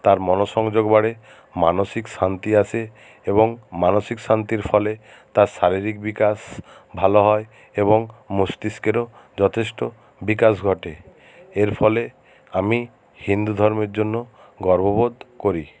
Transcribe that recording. তার মনঃসংযোগ বাড়ে মানসিক শান্তি আসে এবং মানসিক শান্তির ফলে তার শারীরিক বিকাশ ভালো হয় এবং মস্তিষ্কেরও যথেষ্ট বিকাশ ঘটে এর ফলে আমি হিন্দু ধর্মের জন্য গর্ববোধ করি